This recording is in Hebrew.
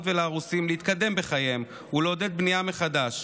ולארוסים להתקדם בחייהם ולעודד בנייה מחדש,